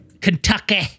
Kentucky